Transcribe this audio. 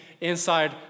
inside